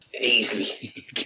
Easily